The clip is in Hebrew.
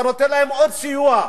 אתה נותן להם עוד סיוע.